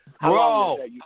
Bro